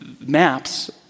maps